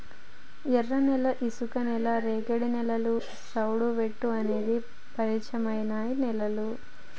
ఎర్రనేల, ఇసుక నేల, రేగడి నేలలు, సౌడువేలుఅనేటి పరిచయమైన నేలలు